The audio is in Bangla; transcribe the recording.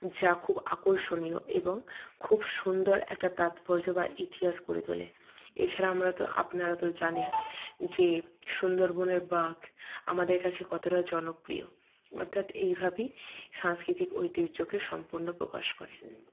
যা খুব আকর্ষণীয় এবং খুব সুন্দর একটা তাৎপর্য বা ইতিহাস গড়ে তোলে এছাড়া আমরা তো আপনারা তো জানেন যে সুন্দরবনের বাঘ আমাদের কাছে কতটা জনপ্রিয় অর্থাৎ এইভাবেই সাংস্কৃতিক ঐতিহ্যকে সম্পূর্ণ প্রকাশ করে